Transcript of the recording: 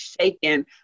shaken